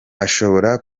ashobora